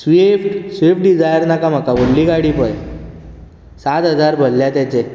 Swift Swift Dzire नाका म्हाका व्हडली गाडी पळय सात हजार भरल्यात ताचे